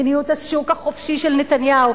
מדיניות השוק החופשי של נתניהו,